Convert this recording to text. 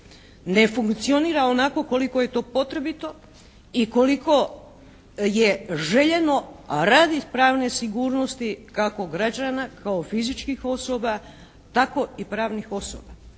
Ne funkcionira onako koliko je to potrebito i koliko je željeno radi pravne sigurnosti kako građana kao fizičkih osoba, tako i pravnih osoba.